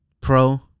Pro